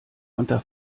unter